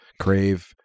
Crave